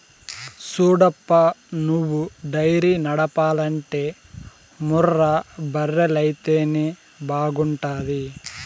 సూడప్పా నువ్వు డైరీ నడపాలంటే ముర్రా బర్రెలైతేనే బాగుంటాది